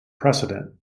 precedent